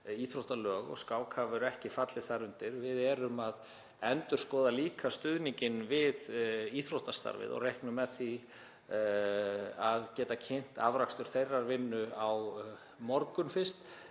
íþróttalög og skák hefur ekki fallið þar undir. Við erum líka að endurskoða stuðninginn við íþróttastarfið og reiknum með því að geta kynnt afrakstur þeirrar vinnu á morgun fyrst.